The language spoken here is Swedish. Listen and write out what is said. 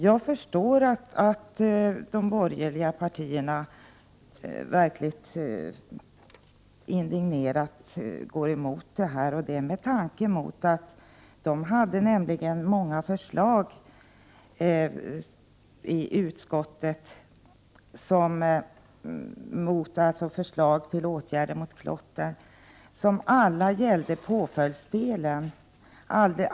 Jag förstår att de borgerliga partierna indignerat går emot detta. De hade nämligen i utskottet många förslag till åtgärder mot klotter, som alla gällde påföljdsdelen.